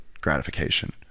gratification